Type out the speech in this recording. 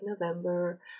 November